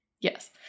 Yes